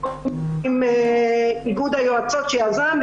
עשינו הכשרות עם איגוד היועצות שיזם.